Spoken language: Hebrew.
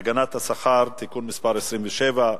הגנת השכר (תיקון מס' 27)